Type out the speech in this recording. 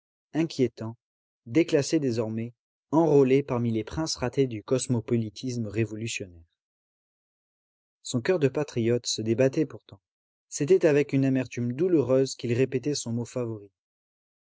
inquiétant déclassé désormais enrôlé parmi les princes ratés du cosmopolitisme révolutionnaire son coeur de patriote se débattait pourtant c'était avec une amertume douloureuse qu'il répétait son mot favori